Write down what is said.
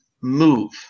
move